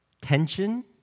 tension